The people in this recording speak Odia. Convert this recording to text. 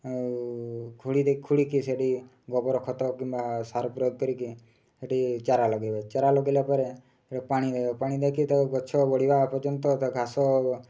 ଆଉ ଖୁଡ଼ି ଦେଇ ଖୋଳିକି ସେଠି ଗୋବର ଖତ କିମ୍ବା ସାର ପ୍ରୟୋଗ କରିକି ସେଠି ଚାରା ଲଗାଇବେ ଚାରା ଲଗାଇଲା ପରେ ସେଇଟା ପାଣି ଦେବେ ପାଣି ଦେଇକି ତାକୁ ଗଛ ବଢ଼ିବା ପର୍ଯ୍ୟନ୍ତ ତା ଘାସ